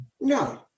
No